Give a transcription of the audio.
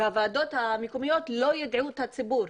הוועדות המקומיות לא יידעו את הציבור.